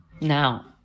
now